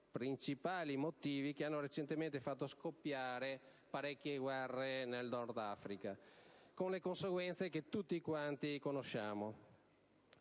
principali motivi che hanno recentemente fatto scoppiare parecchie guerre nel Nord Africa, con le conseguenze che tutti quanti conosciamo.